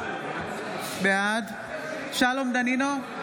בעד שלום דנינו,